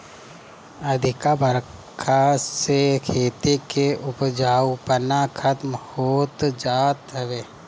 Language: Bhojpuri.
अधिका बरखा से खेती के उपजाऊपना खतम होत जात हवे